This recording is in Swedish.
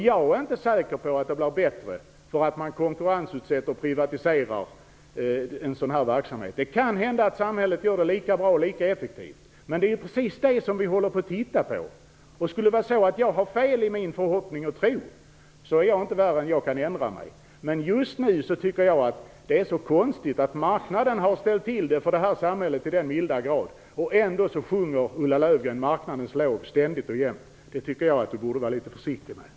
Jag är inte säker på att det är bättre att man privatiserar och konkurrensutsätter en sådan verksamhet. Det kan hända att samhället kan genomföra den lika effektivt och bra. Det är precis detta som vi håller att studera. Om jag skulle ha fel i min tro och förhoppning, är jag inte sämre än att jag kan ändra mig, men just nu tycker jag att marknaden till den milda grad har ställt till med problem i vårt samhälle. Ändå sjunger Ulla Löfgren ständigt och jämt marknadens lov. Jag tycker att hon borde vara litet försiktig med det.